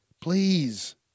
Please